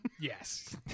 Yes